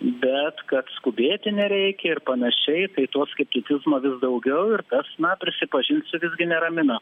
bet kad skubėti nereikia ir panašiai tai to skepticizmo vis daugiau ir tas na prisipažinsiu visgi neramina